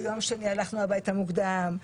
ביום שני הלכנו הביתה מוקדם,